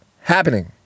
happening